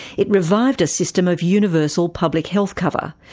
it revived a system of universal public health cover.